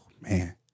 Man